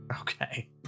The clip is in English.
Okay